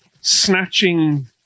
snatching